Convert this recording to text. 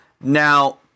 Now